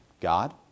God